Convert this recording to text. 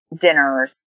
dinners